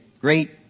great